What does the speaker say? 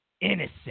innocent